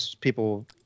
people